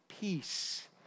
Peace